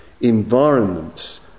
environments